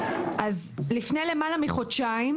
אז לפני למעלה מחודשיים,